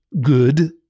good